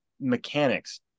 mechanics